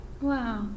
Wow